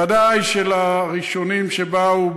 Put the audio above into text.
ודאי שלראשונים שבאו,